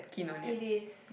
it is